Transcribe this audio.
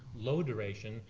low duration,